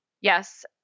Yes